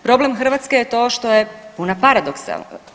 Problem Hrvatske je to što je puna paradoksa.